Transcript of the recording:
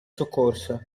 soccorso